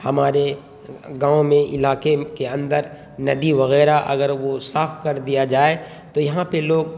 ہمارے گاؤں میں علاقے کے اندر ندی وغیرہ اگر وہ صاف کر دیا جائے تو یہاں پہ لوگ